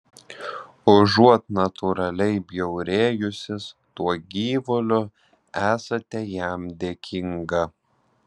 užuot natūraliai bjaurėjusis tuo gyvuliu esate jam dėkinga